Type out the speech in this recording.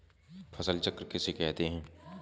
फसल चक्र किसे कहते हैं?